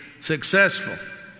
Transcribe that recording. successful